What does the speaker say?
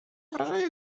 wrażenie